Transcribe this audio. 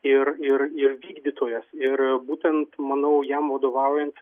ir ir ir vykdytojas ir būtent manau jam vadovaujant